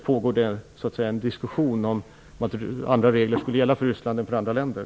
Pågår det en diskussion om att andra regler skall gälla för Ryssland jämfört med andra länder?